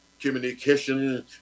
communication